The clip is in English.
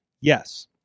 Yes